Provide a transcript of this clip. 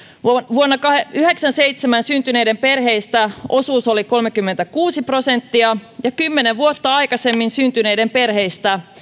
vuonna yhdeksänkymmentäseitsemän syntyneiden perheistä osuus oli kolmekymmentäkuusi prosenttia ja kymmenen vuotta aikaisemmin syntyneiden perheistä